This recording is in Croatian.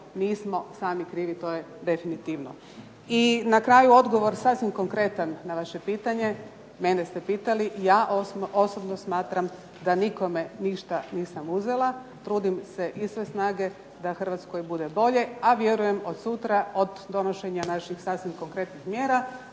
nismo sami krivi to je definitivno. I na kraju odgovor sasvim konkretan na vaše pitanje mene ste pitali. Ja osobno smatram da nikome ništa nisam uzela. Trudim se iz sve snage da Hrvatskoj bude bolje, a vjerujem od sutra od donošenja naših sasvim konkretnih mjera